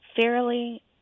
fairly